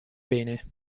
bene